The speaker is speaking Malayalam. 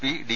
P D